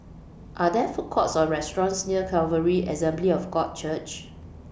Are There Food Courts Or restaurants near Calvary Assembly of God Church